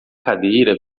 cadeira